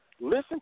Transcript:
listen